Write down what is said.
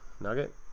Nugget